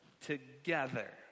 together